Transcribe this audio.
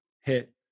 hit